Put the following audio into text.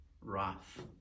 wrath